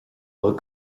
bhfuil